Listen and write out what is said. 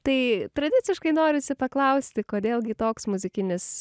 tai tradiciškai norisi paklausti kodėl gi toks muzikinis